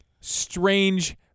Strange